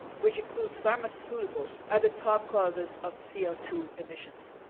which includes pharmaceuticals, are the top causes of c o two emissions.